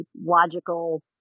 logical